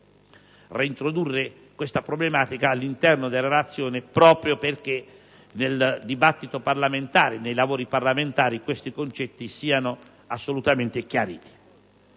reintrodurre questa problematica all'interno della relazione, proprio perché nel dibattito parlamentare questi concetti siano assolutamente chiariti.